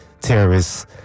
terrorists